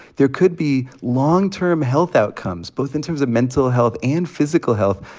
there could be long-term health outcomes, both in terms of mental health and physical health,